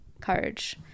courage